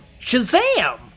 Shazam